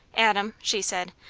adam, she said,